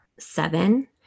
seven